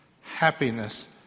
happiness